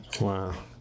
wow